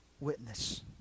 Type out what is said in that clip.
witness